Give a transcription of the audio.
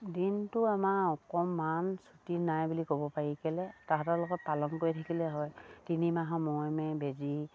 দিনটো আমাৰ অকমান ছুটী নাই বুলি ক'ব পাৰি কেলে তাহাঁতৰ লগত পালন কৰি থাকিলে হয় তিনিমাহৰ মূৰে মূৰে বেজী